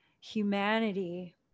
humanity